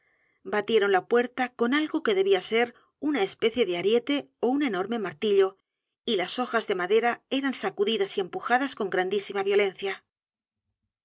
batieron la puerta con algo que debía ser una especie de ariete ó un enorme martillo y las hojas de madera eran sacudidas y empujadas con grandísima violencia